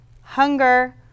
Hunger